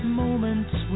moments